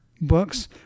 books